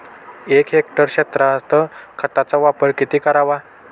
एक हेक्टर क्षेत्रात खताचा वापर किती करावा?